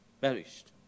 perished